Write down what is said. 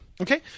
Okay